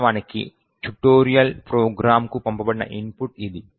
వాస్తవానికి ట్యుటోరియల్ ప్రోగ్రామ్కు పంపబడిన ఇన్పుట్ ఇది